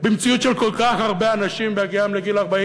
במציאות שכל כך הרבה אנשים בהגיעם לגיל 40